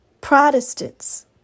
Protestants